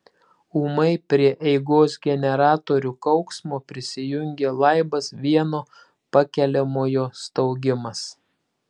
ūmai prie eigos generatorių kauksmo prisijungė laibas vieno pakeliamojo staugimas